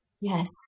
Yes